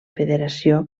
federació